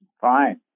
Fine